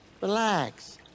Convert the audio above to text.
Relax